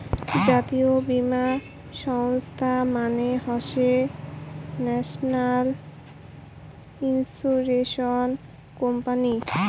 জাতীয় বীমা সংস্থা মানে হসে ন্যাশনাল ইন্সুরেন্স কোম্পানি